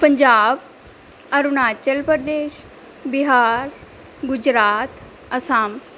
Punjab Arunachal Pradesh Bihar Gujarat Assam